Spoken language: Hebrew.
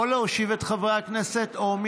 או להושיב את חברי הכנסת או,